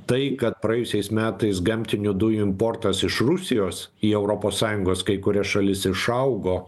tai kad praėjusiais metais gamtinių dujų importas iš rusijos į europos sąjungos kai kurias šalis išaugo